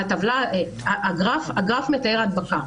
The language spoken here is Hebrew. והגרף מתאר הדבקה.